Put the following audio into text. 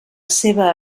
seva